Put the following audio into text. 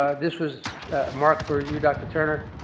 this was marked for you, dr. turner.